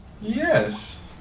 Yes